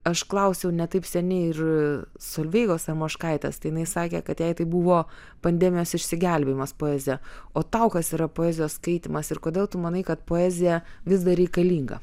aš klausiau ne taip seniai ir solveigos armoškaitės tai jinai sakė kad jai tai buvo pandemijos išsigelbėjimas poezija o tau kas yra poezijos skaitymas ir kodėl tu manai kad poezija vis dar reikalinga